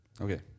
Okay